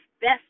best